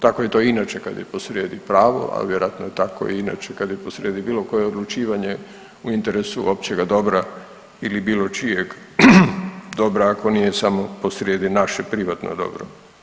Tako je to inače kad je posrijedi pravo, a vjerojatno je tako i inače kad je posrijedi bilo koje odlučivanje u interesu općega dobra ili bilo čijeg dobra ako nije samo posrijedi naše privatno dobro.